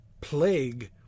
plague